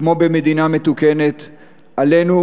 כמו במדינה מתוקנת עלינו,